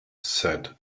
said